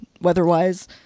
weather-wise